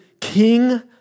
king